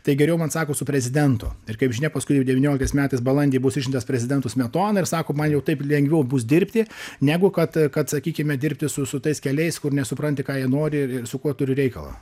tai geriau man sako su prezidentu ir kaip žinia paskui jau devynioliktais metais balandį bus išrinktas prezidentu smetona ir sako man jau taip lengviau bus dirbti negu kad kad sakykime dirbti su su tais keliais kur nesupranti ką jie nori su kuo turi reikalą